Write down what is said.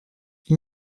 ils